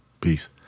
Peace